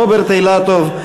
רוברט אילטוב,